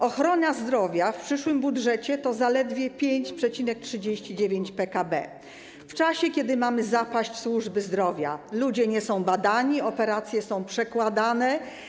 Ochrona zdrowia w przyszłym budżecie stanowi zaledwie 5,39% PKB, i to czasie, kiedy mamy zapaść służby zdrowia, ludzie nie są badani, a operacje są przekładane.